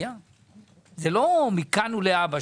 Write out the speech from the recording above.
למשרד לביטחון לאומי או לביטחון פנים,